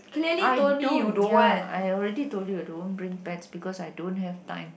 I don't ya I already told you don't bring pets because I don't have time